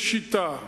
יש שיטה,